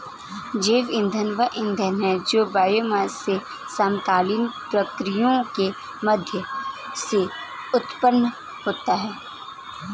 जैव ईंधन वह ईंधन है जो बायोमास से समकालीन प्रक्रियाओं के माध्यम से उत्पन्न होता है